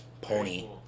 Pony